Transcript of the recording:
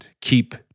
Keep